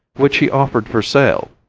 which he offered for sale.